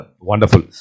wonderful